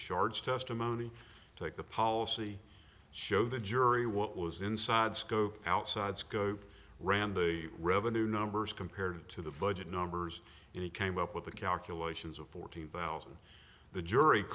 bashardost testimony take the policy show the jury what was inside scope outside scope ran the revenue numbers compared to the budget numbers and he came up with the calculations of fourteen thousand the jury